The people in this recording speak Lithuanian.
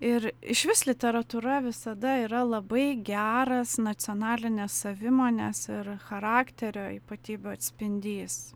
ir išvis literatūra visada yra labai geras nacionalinės savimonės ir charakterio ypatybių atspindys